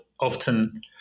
often